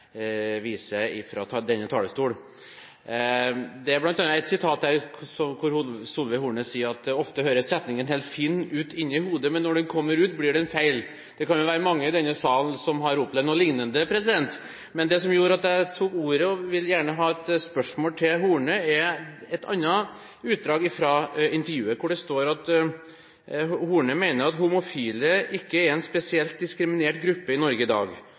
fra denne talerstolen. Det er i intervjuet bl.a. et sitat, der Solveig Horne sier: «Ofte høres setningen helt fin ut inne i hodet, men når den kommer ut blir den feil.» Det kan jo være mange i denne salen som har opplevd noe lignende. Men det som gjorde at jeg tok ordet, og som jeg gjerne vil stille et spørsmål om, er et annet utdrag fra intervjuet, hvor det står: «Homofile er ikke en spesielt diskriminert gruppe i Norge i dag,